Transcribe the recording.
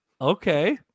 Okay